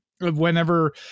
whenever